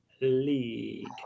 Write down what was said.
League